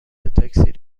تاکسی